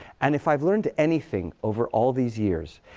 and if i've learned anything over all these years,